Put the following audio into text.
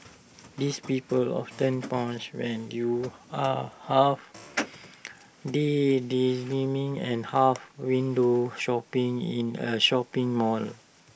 these people often pounce when you're half daydreaming and half window shopping in A shopping mall